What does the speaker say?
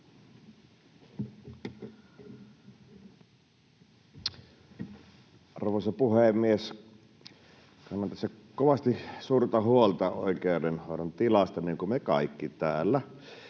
Arvoisa puhemies! Kannan tässä kovasti suurta huolta oikeudenhoidon tilasta, niin kuin me kaikki täällä,